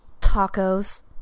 tacos